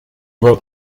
wrote